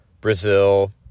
Brazil